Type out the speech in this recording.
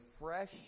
fresh